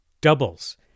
doubles